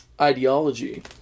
ideology